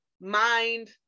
mind